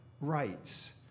rights